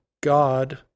God